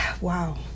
wow